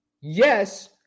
yes